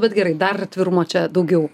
bet gerai dar atvirumo čia daugiau